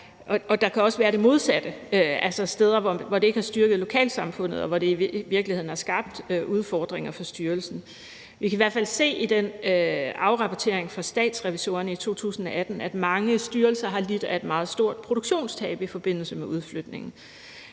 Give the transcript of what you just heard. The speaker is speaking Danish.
der kan også være det modsatte, altså steder, hvor det ikke har styrket lokalsamfundet, og hvor det i virkeligheden har skabt udfordringer for styrelsen. Vi kan i hvert fald se i den afrapportering fra Statsrevisorerne i 2018, at mange styrelser har lidt af et meget stort produktionstab i forbindelse med udflytningen.